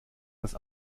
das